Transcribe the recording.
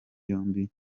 yombi